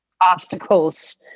obstacles